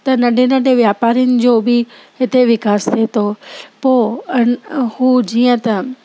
त नंढे नंढे वापारियुनि जो बि हिते विकास थिए थो पोइ आहिनि हू जीअं त